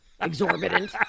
exorbitant